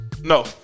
No